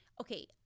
Okay